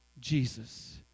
Jesus